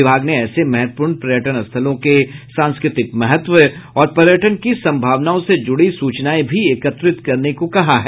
विभाग ने ऐसे महत्वपूर्ण पर्यटन स्थलों के सांस्कृतिक महत्व और पर्यटन की संभावनाओं से जुड़ी सूचनाएं भी एकत्रित करने को कहा है